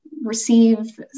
receive